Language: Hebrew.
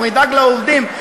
אנחנו נדאג לעובדים,